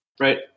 Right